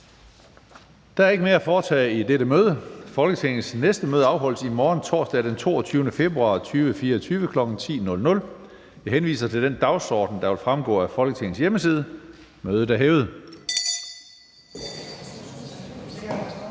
Der er ikke mere at foretage i dette møde. Folketingets næste møde afholdes i morgen, torsdag den 22. februar 2024, kl. 10.00. Jeg henviser til den dagsorden, der vil fremgå af Folketingets hjemmeside. Mødet er hævet. (Kl.